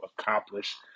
accomplish